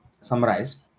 summarize